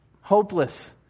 hopeless